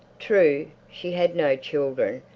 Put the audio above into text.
true, she had no children,